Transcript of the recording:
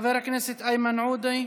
חבר הכנסת איימן עודה,